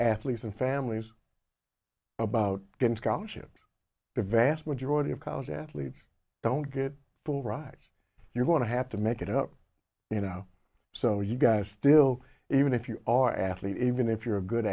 thletes and families about getting scholarships the vast majority of college athletes don't get full rides you're going to have to make it up you know so you guys still even if you are athlete even if you're a good